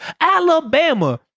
Alabama